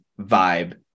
vibe